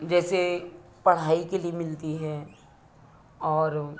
जैसे पढ़ाई के लिए मिलती है और